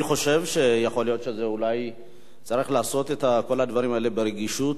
אני חושב שיכול להיות שצריך לעשות את כל הדברים האלה ברגישות.